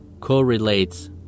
correlates